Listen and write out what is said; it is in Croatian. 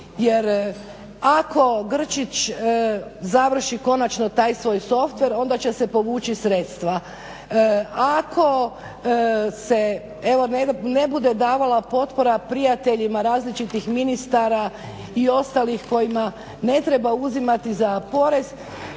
jer ako Grčić završi konačno taj svoj softver onda će se povući sredstva, ako se ne bude davala potpora prijateljima različitih ministara i ostalih kojima ne treba uzimati za porez